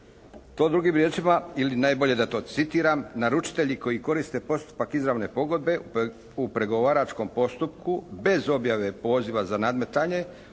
To drugim riječima ili najbolje da to citiram naručitelji koji koriste postupak izravne pogodbe u pregovaračkom postupku bez objave poziva za nadmetanje